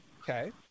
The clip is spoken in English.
Okay